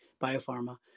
biopharma